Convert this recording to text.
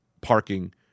parking